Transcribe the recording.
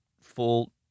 full